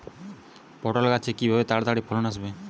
পটল গাছে কিভাবে তাড়াতাড়ি ফলন আসবে?